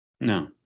No